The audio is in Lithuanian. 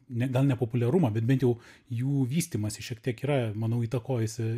ne dėl nepopuliarumo bet bent jau jų vystymąsi šiek tiek yra manau įtakojusi